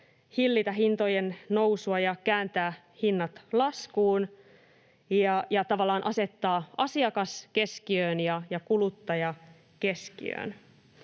hillitä hintojen nousua ja kääntää hinnat laskuun ja tavallaan asettaa asiakkaan keskiöön ja kuluttajan keskiöön.